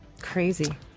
crazy